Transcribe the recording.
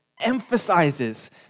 emphasizes